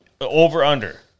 over-under